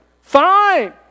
fine